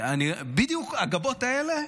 בדיוק הגבות האלה,